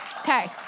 okay